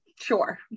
sure